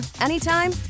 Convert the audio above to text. anytime